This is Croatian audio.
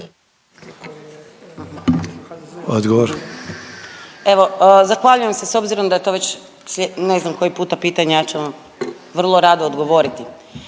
Odgovor.